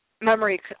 memory